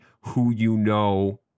who-you-know